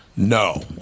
No